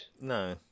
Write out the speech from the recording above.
No